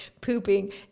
pooping